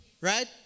Right